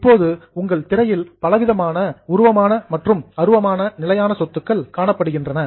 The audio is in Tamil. இப்போது உங்கள் ஸ்கிரீன் திரையில் பலவிதமான உருவமான மற்றும் அருவமான நிலையான சொத்துக்கள் காணப்படுகின்றன